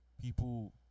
People